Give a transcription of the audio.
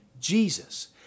Jesus